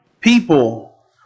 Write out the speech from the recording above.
people